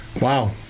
Wow